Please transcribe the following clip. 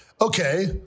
okay